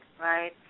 right